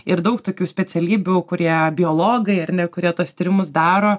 ir daug tokių specialybių kurie biologai ar ne kurie tuos tyrimus daro